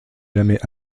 jamais